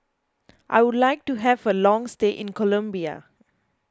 I would like to have a long stay in Colombia